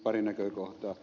pari näkökohtaa